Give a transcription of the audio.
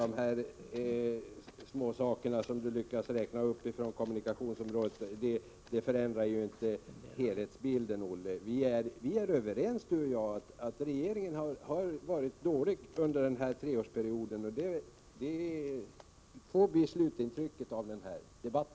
De småsaker från kommunikationsområdet som Olle Östrand lyckades räkna upp förändrar inte helhetsbilden. Vi är överens, Olle Östrand och jag, om att regeringen har skött sig dåligt under denna treårsperiod. Det får bli slutintrycket av denna debatt.